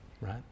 Right